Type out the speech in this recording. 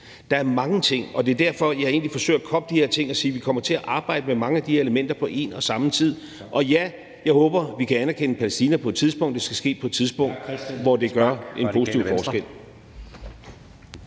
Der er mange ting. Og det er derfor, jeg egentlig forsøger at koble de her ting sammen og sige, at vi kommer til at arbejde med mange af de her elementer på en og samme tid. Og ja, jeg håber, vi kan anerkende Palæstina på et tidspunkt; det skal ske på et tidspunkt, hvor det gør en positiv forskel.